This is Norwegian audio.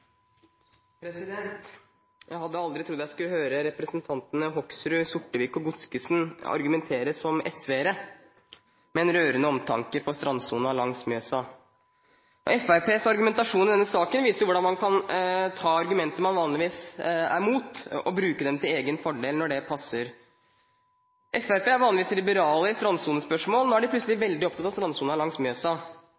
Jeg hadde aldri trodd jeg skulle høre representantene Hoksrud, Sortevik og Godskesen argumentere som SV-ere med en rørende omtanke for strandsonen langs Mjøsa. Fremskrittspartiets argumentasjon i denne saken viser hvordan man kan ta argumenter man vanligvis er imot, og bruke dem til egen fordel når det passer. Fremskrittspartiet er vanligvis liberale i strandsonespørsmål, nå er de plutselig